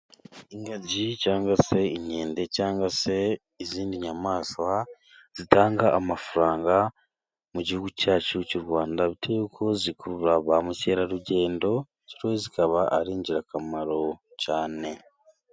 Ingagi cyangwa se inkende cyangwa se izindi nyamaswa zitanga amafaranga mu gihugu cyacu cy'u Rwanda, bitewe nuko zikurura ba mukerarugendo bityo zikaba ari ingirakamaro cyane.